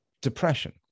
depression